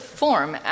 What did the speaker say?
form